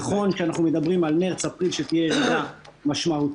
נכון שאנחנו מדברים על מרץ-אפריל שתהיה ירידה משמעותית,